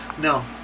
No